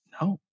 no